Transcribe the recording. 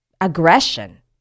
aggression